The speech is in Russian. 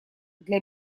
для